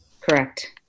Correct